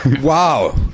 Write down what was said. Wow